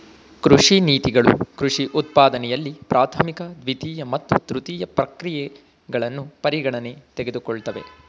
ಕೃಷಿ ನೀತಿಗಳು ಕೃಷಿ ಉತ್ಪಾದನೆಯಲ್ಲಿ ಪ್ರಾಥಮಿಕ ದ್ವಿತೀಯ ಮತ್ತು ತೃತೀಯ ಪ್ರಕ್ರಿಯೆಗಳನ್ನು ಪರಿಗಣನೆಗೆ ತೆಗೆದುಕೊಳ್ತವೆ